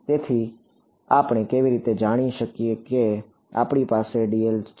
તેથી આપણે કેવી રીતે જાણી શકીએ કે આપણી પાસે dl છે